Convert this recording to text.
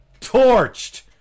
Torched